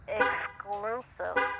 exclusive